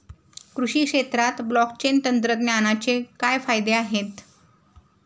कृषी क्षेत्रात ब्लॉकचेन तंत्रज्ञानाचे काय फायदे आहेत?